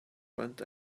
went